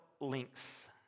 links